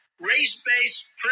race-based